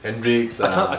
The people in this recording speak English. Hendricks ah